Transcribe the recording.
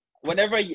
whenever